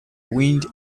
wind